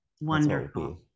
Wonderful